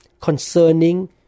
concerning